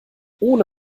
ohne